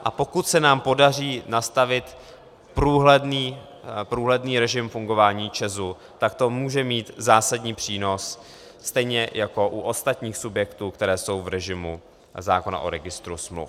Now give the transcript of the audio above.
A pokud se nám podaří nastavit průhledný režim fungování ČEZu, tak to může mít zásadní přínos, stejně jako u ostatních subjektů, které jsou v režimu zákona o registru smluv.